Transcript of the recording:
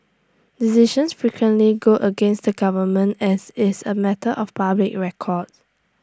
decisions frequently go against the government as is A matter of public record